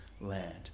land